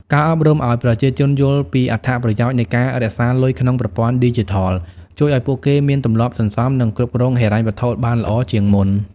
ការអប់រំឱ្យប្រជាជនយល់ពីអត្ថប្រយោជន៍នៃការរក្សាលុយក្នុងប្រព័ន្ធឌីជីថល ជួយឱ្យពួកគេមានទម្លាប់សន្សំ និងគ្រប់គ្រងហិរញ្ញវត្ថុបានល្អជាងមុន។